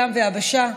ים ויבשה,